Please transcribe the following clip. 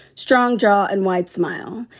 strong jaw and wide smile,